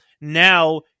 now